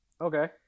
Okay